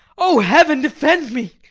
o heaven defend me!